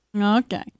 Okay